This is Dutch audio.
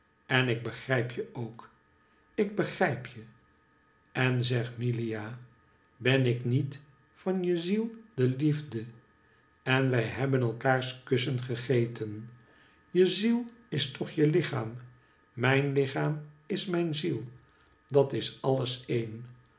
en ik begrijp je ook ik begrijpje en zeg milia ben ik niet van je ziel de liefde en wij hebben elkaars kussen gegeten je ziel is toch je lichaam mijn lichaam is mijn ziel dat is alles een